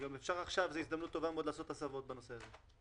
עכשיו זו הזדמנות טובה מאוד לעשות הסבות בנושא הזה.